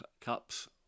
Cups